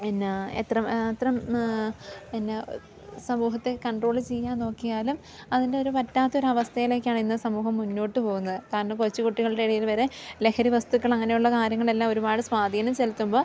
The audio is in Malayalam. പിന്നെ ആ എത്ര മാത്രം എന്നാ സമൂഹത്തെ കൺട്രോള് ചെയ്യാൻ നോക്കിയാലും അതിൻ്റെയൊരു പറ്റാത്തൊരവസ്ഥയിലേക്കാണ് ഇന്ന് സമൂഹം മുന്നോട്ടു പോവുന്നത് കാരണം കൊച്ചു കുട്ടികളുടെ ഇടയിൽ വരെ ലഹരി വസ്തുക്കൾ അങ്ങനെയുള്ള കാര്യങ്ങളെല്ലാം ഒരുപാട് സ്വാധീനം ചെലുത്തുമ്പോൾ